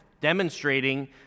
demonstrating